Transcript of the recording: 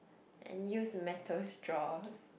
and use metal straw